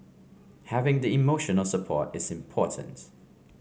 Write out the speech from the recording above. having the emotional support is important